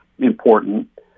important